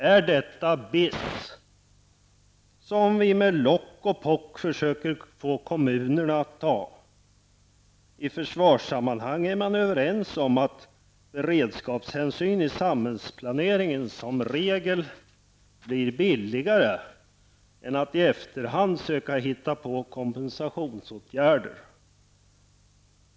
Är detta BIS, som vi med lock och pock försöker få kommunerna att ta? I försvarssammanhang är man överens om att beredskapshänsyn i samhällsplaneringen som regel blir billigare än att i efterhand söka hitta på kompensationsåtgärder.